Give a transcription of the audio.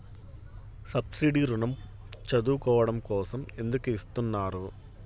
Subsidy ఋణం చదువుకోవడం కోసం ఎందుకు ఇస్తున్నారు?